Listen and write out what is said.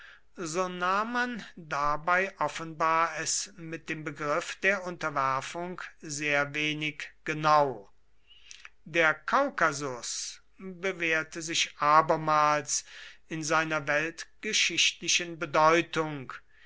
so nahm man dabei offenbar es mit dem begriff der unterwerfung sehr wenig genau der kaukasus bewährte sich abermals in seiner weltgeschichtlichen bedeutung